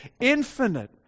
infinite